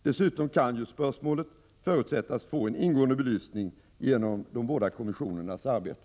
Dessutom kan ju spörsmålet förutsättas få en ingående belysning genom de båda kommissionernas arbete.